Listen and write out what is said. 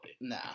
Nah